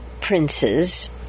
Princes